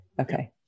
okay